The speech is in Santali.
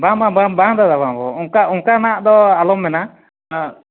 ᱵᱟᱝ ᱵᱟᱝ ᱵᱟᱝ ᱫᱟᱫᱟ ᱵᱟᱝ ᱚᱱᱠᱟ ᱚᱱᱠᱟᱱᱟᱜ ᱫᱚ ᱟᱞᱚᱢ ᱢᱮᱱᱟ